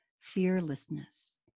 fearlessness